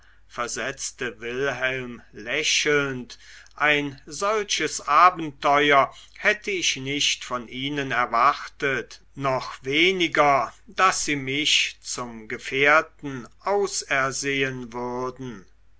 versetzte wilhelm lächelnd ein solches abenteuer hätte ich nicht von ihnen erwartet noch weniger daß sie mich zum gefährten ausersehen würden